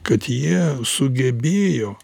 kad jie sugebėjo